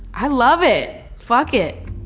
i love it. fuck it.